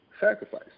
sacrifice